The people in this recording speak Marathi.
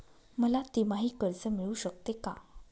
मला तिमाही कर्ज मिळू शकते का?